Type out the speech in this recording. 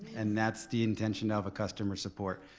and that's the intention of a customer support.